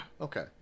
Okay